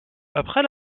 après